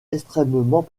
extrêmement